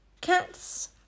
Cats